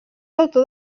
autor